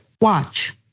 watch